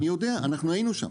אני יודע, אנחנו היינו שם.